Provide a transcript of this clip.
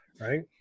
Right